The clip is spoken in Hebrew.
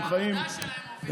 הם חיים,